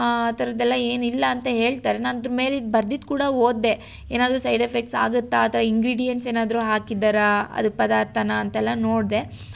ಆ ಥರದ್ದೆಲ್ಲ ಏನಿಲ್ಲ ಅಂತ ಹೇಳ್ತಾರೆ ನಾನು ಅದ್ರ ಮೇಲಿಂದ್ ಬರ್ದಿದ್ದು ಕೂಡ ಓದಿದೆ ಏನಾದರೂ ಸೈಡ್ ಎಫೆಕ್ಟ್ಸ್ ಆಗುತ್ತಾ ಅಥವಾ ಇನ್ಗ್ರೀಡಿಯೆಂಟ್ಸ್ ಏನಾದ್ರೂ ಹಾಕಿದ್ದಾರ ಅದಕ್ಕೆ ಪದಾರ್ಥನ ಅಂತೆಲ್ಲ ನೋಡಿದೆ